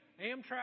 Amtrak